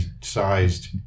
sized